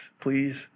please